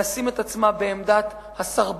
לשים את עצמה בעמדת הסרבן,